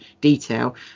detail